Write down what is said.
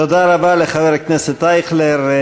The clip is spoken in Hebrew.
תודה רבה לחבר הכנסת אייכלר.